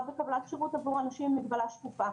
בקבלת שירות עבור אנשים עם מגבלה שקופה.